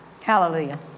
Hallelujah